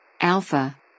Alpha